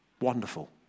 Wonderful